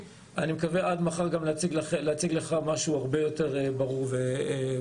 אני מקווה עד מחר להציג לך משהו הרבה יותר ברור ומוחלט.